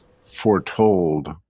foretold